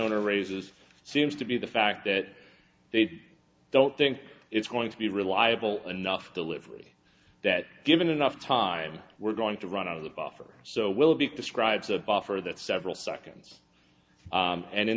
owner raises seems to be the fact that they don't think it's going to be reliable enough delivery that given enough time we're going to run out of the buffer so we'll be describes a buffer that several seconds and